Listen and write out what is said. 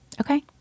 Okay